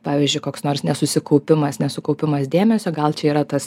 pavyzdžiui koks nors nesusikaupimas nesukaupimas dėmesio gal čia yra tas